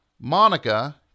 Monica